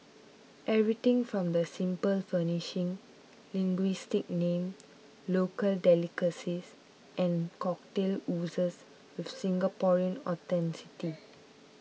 everything from the simple furnishing linguistic name local delicacies and cocktails oozes with Singaporean authenticity